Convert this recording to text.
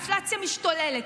האינפלציה משתוללת,